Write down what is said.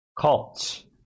cults